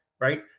right